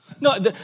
No